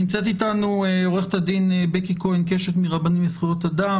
נמצאת איתנו עו"ד בקי כהן קשת מרבנים לזכויות אדם,